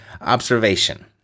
observation